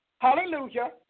Hallelujah